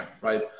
right